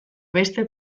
beste